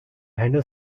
handle